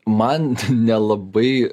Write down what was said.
man nelabai